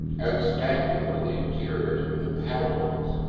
outstanding were the interiors of the powel house,